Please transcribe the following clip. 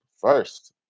First